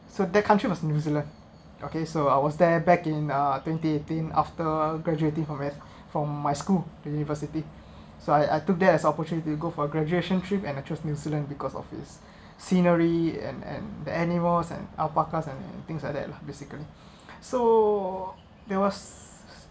so that country was new zealand okay so I was there back in uh twenty eighteen after graduating from it from my school university so I I took that as opportunity to go for a graduation trip and I choose new zealand because of its scenery and and the animals and alpacas and things like that lah basically so there was